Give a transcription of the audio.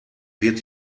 wird